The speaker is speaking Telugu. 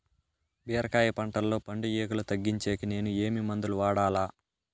బీరకాయ పంటల్లో పండు ఈగలు తగ్గించేకి నేను ఏమి మందులు వాడాలా?